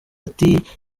ati